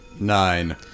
Nine